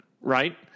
right